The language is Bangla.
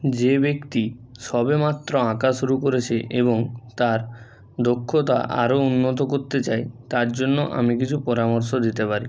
যে ব্যক্তি সবেমাত্র আঁকা শুরু করেছে এবং তার দক্ষতা আরও উন্নত কোত্তে চায় তার জন্য আমি কিছু পরামর্শ দিতে পারি